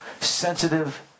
Sensitive